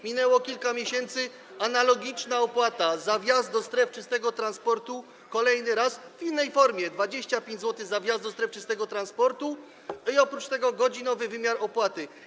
Minęło kilka miesięcy, jest analogiczna opłata za wjazd do stref czystego transportu, kolejny raz, w innej formie - 25 zł za wjazd do stref czystego transportu i oprócz tego godzinowy wymiar opłaty.